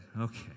okay